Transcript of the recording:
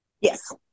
Yes